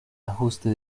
ajuste